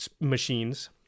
machines